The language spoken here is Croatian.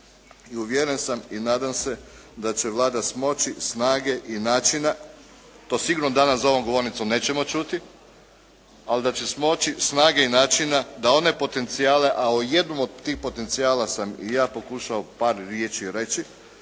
i uvjeren sam i nadam se da će Vlada smoći snage i načina, to sigurno danas za ovom govornicom nećemo čuti ali da će smoći snage i načina da one potencijale a o jednom od tih potencijala sam i ja pokušao par riječi reći